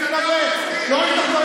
ממשלה כושלת.